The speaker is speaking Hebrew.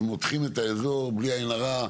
אז מותחים את האזור בלי עין הרע.